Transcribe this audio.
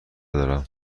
دارم